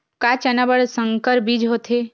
का चना बर संकर बीज होथे?